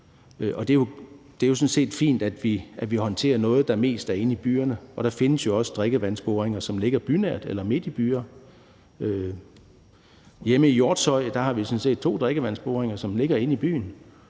set fint, at vi håndterer noget, der mest er inde i byerne, og der findes jo også drikkevandsboringer, som ligger bynært eller midt i byer. Hjemme i Hjortshøj har vi sådan set to drikkevandsboringer, som ligger inde i byen,